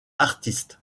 artiste